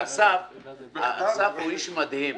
--- אסף הוא איש מדהים.